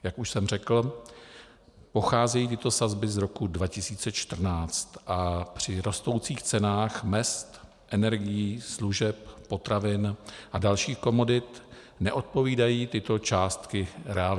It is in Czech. Jak už jsem řekl, pocházejí tyto sazby z roku 2014, a při rostoucích cenách mezd, energií, služeb, potravin a dalších komodit neodpovídají tyto částky realitě.